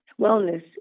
wellness